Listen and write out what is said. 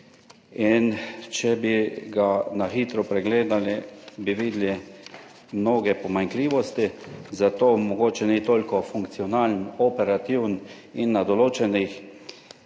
in če bi ga na hitro pregledali, bi videli mnoge pomanjkljivosti, zato mogoče ni toliko funkcionalen, operativen in na določenih